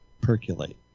percolate